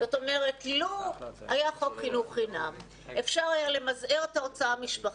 זאת אומרת לו היה חוק חינוך חינם אפשר היה למזער את ההוצאה המשפחתית,